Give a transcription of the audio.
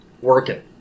working